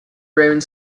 raymond